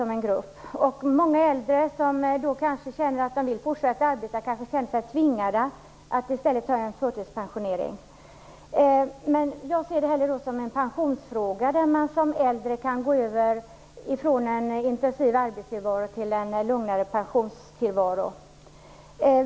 Många äldre som vill fortsätta arbeta kan då komma att känna sig tvingade att i stället välja förtidspensionering. Jag ser det här som en pensionsfråga, där man som äldre kan gå över från en intensiv arbetstillvaro till en lugnare pensionstillvaro.